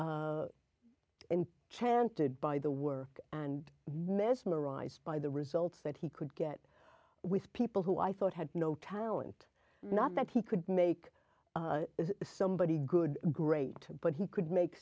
so and chanted by the work and mesmerized by the results that he could get with people who i thought had no talent not that he could make somebody good great but he could make